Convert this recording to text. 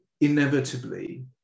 inevitably